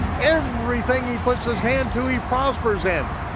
everything he puts his hand to, he prospers in.